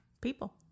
people